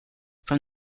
from